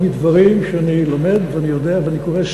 מדברים שאני לומד ואני יודע ואני קורא,